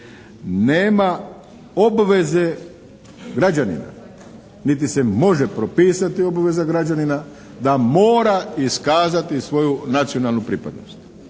nema obveze građanina niti se može propisati obveza građanina da mora iskazati svoju nacionalnu pripadnost.